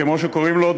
כמו שקוראים לו,